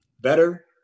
better